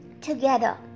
together